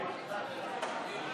58, ובתוספת של חבר הכנסת אבידר,